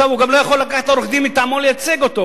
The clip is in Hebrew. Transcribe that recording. הוא גם לא יכול לקחת עורך-דין מטעמו לייצג אותו,